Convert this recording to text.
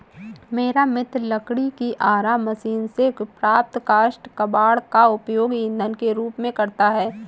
मेरा मित्र लकड़ी की आरा मशीन से प्राप्त काष्ठ कबाड़ का उपयोग ईंधन के रूप में करता है